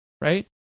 right